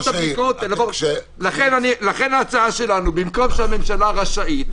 לכן ההצעה שלנו במקום "שהממשלה רשאית"